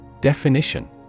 Definition